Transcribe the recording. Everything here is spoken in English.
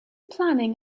planning